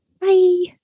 Bye